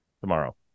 tomorrow